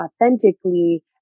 authentically